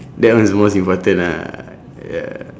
that one is the most important ah ya